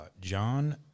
John